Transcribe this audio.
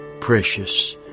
precious